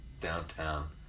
downtown